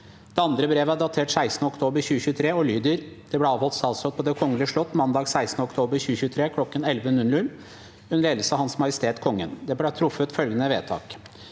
Det andre brevet er datert 16. oktober 2023 og lyder: «Det ble avholdt statsråd på Det kongelige slott mandag 16. oktober 2023 kl. 11.00 under ledelse av Hans Majestet Kongen. Det ble truffet følgende vedtak: